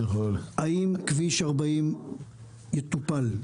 האם כביש 40 יטופל,